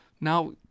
Now